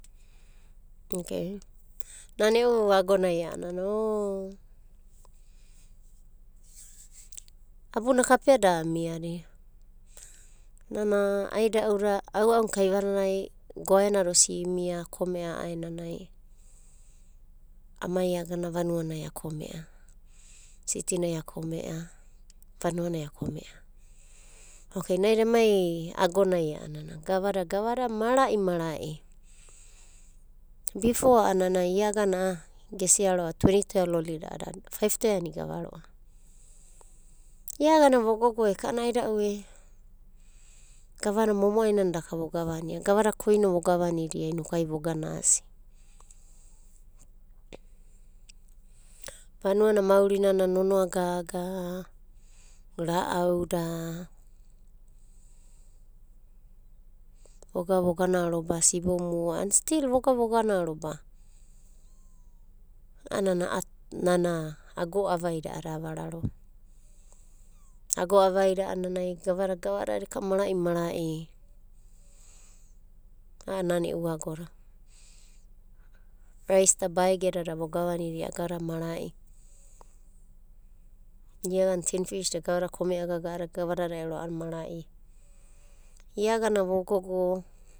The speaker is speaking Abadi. Okei nana e'u agonai a'anana o abuna kapea da amiadia. Nana aida'uda aua'una kaivananai goaena da osi imia akome'a a'aenanai. Amai agana vanuanai akome'a, sitinai a kome'a, vanuanai a kome'a. Okei naida emai agonai a'ana gavada gavadada mara'i mara'i. Bifo a'ana ia agana gesia ro'a tweni toea loli da a'ada fauve toea nai igava ro'ava. Iagana vogog eka aida'u e, gavana momo'ai nana daka vogavania. Gavada koino vogavanida inokai vogana asi. Vanua na maurinana nonoa gaga ra'auda, voga voganaroba sibomu a'ana stil voga vogana roba. A'anana a'a nana ago avaida a'ada avarorodava. Ago avaida a'anana gavada gavadada eka'ana mara'i, mara'i a'ana nana e'u agoda. Rais da baege dada vogavanda gavadada mara'i. Ia agana tinfis da gavadada kome'agaga a'adada ero a'ana mara'i. Iagana vogogo.